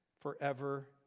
forever